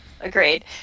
agreed